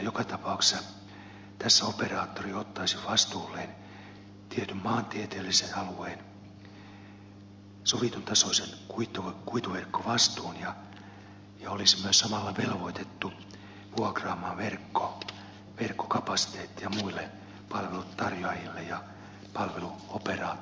joka tapauksessa tässä operaattori ottaisi vastuulleen tietyn maantieteellisen alueen sovitun tasoisen kuituverkkovastuun ja olisi myös samalla velvoitettu vuokraamaan verkkokapasiteettia muille palveluntarjoa jille ja palveluoperaattoreille